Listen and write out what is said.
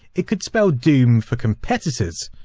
it could spell doom for competition.